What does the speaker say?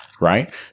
Right